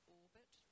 orbit